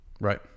Right